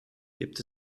gibt